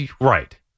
right